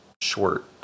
short